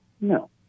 no